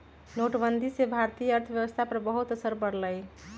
नोटबंदी से भारतीय अर्थव्यवस्था पर बहुत असर पड़ लय